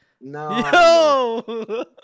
No